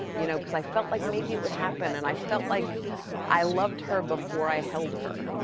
you know, cause i felt like maybe it would happen, and i felt like i loved her before i held her.